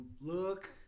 look